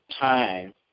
time